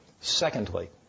Secondly